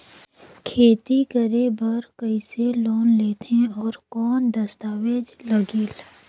खेती करे बर कइसे लोन लेथे और कौन दस्तावेज लगेल?